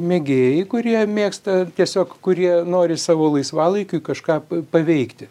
mėgėjai kurie mėgsta tiesiog kurie nori savo laisvalaikiui kažką paveikti